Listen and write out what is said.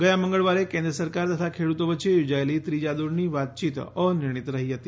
ગયા મંગળવારે કેન્દ્ર સરકાર તથા ખેડૂતો વચ્ચે યોજાયેલી ત્રીજા દોરની વાતચીત અનિર્ણિત રહી હતી